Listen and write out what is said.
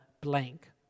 blank